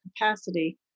capacity